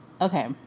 okay